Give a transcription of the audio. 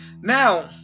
now